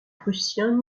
prussien